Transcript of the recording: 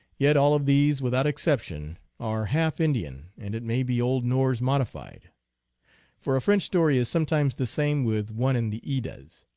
yet all of these, without exception, are half indian, and it may be old norse modified for a french story is sometimes the same with one in the eddas.